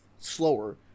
slower